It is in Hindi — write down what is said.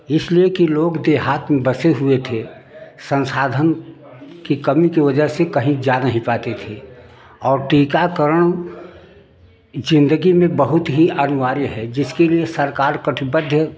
इसलिए कि लोग देहात में बसे हुए थे संसाधन की कमी की वजह से कहीं जा नहीं पाते थे और टीकाकरण जिन्दगी में बहुत ही अनिवार्य है जिसके लिए सरकार कटिबद्ध